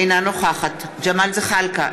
אינה נוכחת ג'מאל זחאלקה,